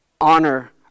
honor